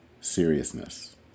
seriousness